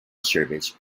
service